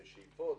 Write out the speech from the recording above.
שאיפות,